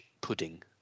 pudding